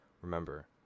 Remember